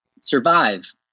survive